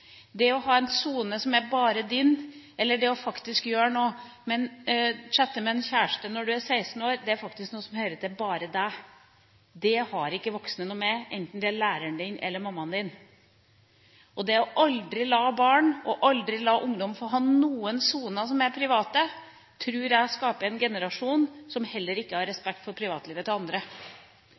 Det å ha en sone som er bare din, eller det å chatte med en kjæreste når du er 16 år, er noe som faktisk tilhører bare deg. Det har ikke voksne noe med, enten det er læreren din eller mammaen din. Det aldri å la barn og ungdom få ha noen private soner tror jeg skaper en generasjon som heller ikke har respekt for privatlivet til andre.